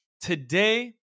Today